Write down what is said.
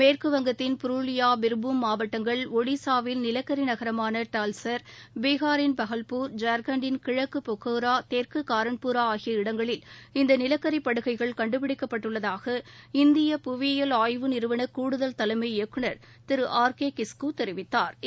மேற்கு வங்கத்தின் புருலியா பிர்பூம் மாவட்டங்கள் ஒடிசாவில் நிலக்கரி நகரமான டல்செர் பீகாரின் பகல்பூர் ஜார்கண்ட்டின் கிழக்கு பொக்காரோ தெற்கு காரன்பூரா ஆகிய இடங்களில் இந்த நிலக்கரி படுகைகள் கண்டுபிடிக்கப்பட்டதாக இந்திய புவியியல் ஆய்வு நிறுவன கூடுதல் தலைமை இயக்குநர் திரு ஆர் கே கிஸ்கு தெரிவித்தாா்